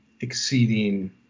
exceeding